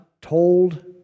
told